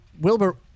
Wilbur